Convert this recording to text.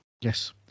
Yes